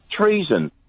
Treason